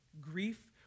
Grief